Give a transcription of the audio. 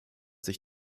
sich